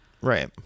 right